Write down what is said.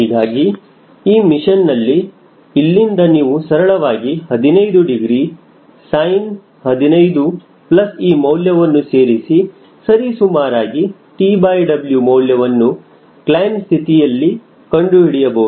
ಹೀಗಾಗಿ ಈ ಮಿಷನ್ನಲ್ಲಿ ಇಲ್ಲಿಂದ ನೀವು ಸರಳವಾಗಿ 15 ಡಿಗ್ರಿ sin 15 ಪ್ಲಸ್ ಈ ಮೌಲ್ಯವನ್ನು ಸೇರಿಸಿ ಸರಿಸುಮಾರಾಗಿ TW ಮೌಲ್ಯವನ್ನು ಕ್ಲೈಮ್ ಸ್ಥಿತಿಯಲ್ಲಿ ಕಂಡುಹಿಡಿಯಬಹುದು